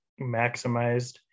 maximized